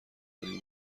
این